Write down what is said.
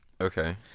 Okay